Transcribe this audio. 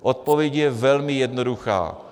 Odpověď je velmi jednoduchá.